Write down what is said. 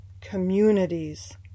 communities